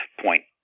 point